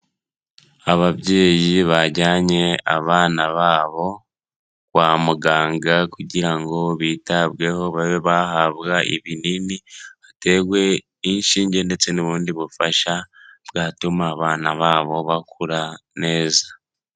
Ababyeyi bajyanye abana babo kwa muganga kugira ngo bitabweho babe bahabwa ibinini, hatewe inshinge ndetse n'ubundi bufasha bwatuma abana babo bakura neza.